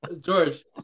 George